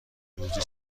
روزی